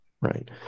right